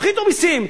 תפחיתו מסים,